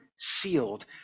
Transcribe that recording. sealed